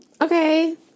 Okay